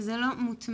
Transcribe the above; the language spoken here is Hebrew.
שזה לא מוטמע.